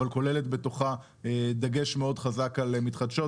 אבל כוללת בתוכה דגש מאוד חזק על מתחדשות,